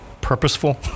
purposeful